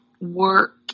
work